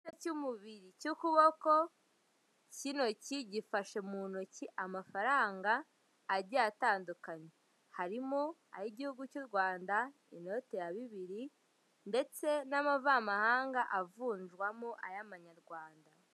Igice cy'umubiri cy'ukuboko k'intoki gifashe mu ntoki amafaranga agiye atandukanye harimo ay'igihugu cy' u Rwanda inote ya bibiri ndetse n'amavamahanga avunjwamo ay'amanyarwanda.